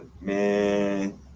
man